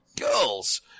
girls